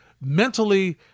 mentally